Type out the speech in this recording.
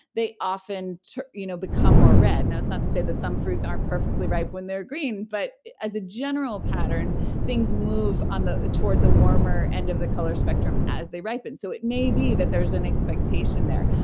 they often you know become more red. and that's not to say that some fruits aren't perfectly ripe when they're green. but as a general pattern things move on the toward the warmer end of the color spectrum as they ripen so it may be that there's an expectation there.